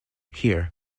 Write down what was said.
here